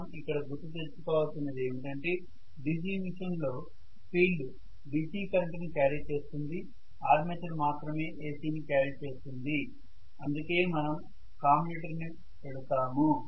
మనం ఇక్కడ గుర్తు తెచ్చుకోవాల్సినది ఏమిటంటే DC మెషిన్ లో ఫీల్డ్ DC కరెంటుని క్యారీ చేస్తుంది ఆర్మేచర్ మాత్రమే AC ని క్యారీ చేస్తుంది అందుకే మనం కామ్యుటేటర్ ని పెడుతాము